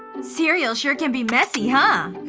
cereal sure can be messy, huh?